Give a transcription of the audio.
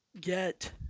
get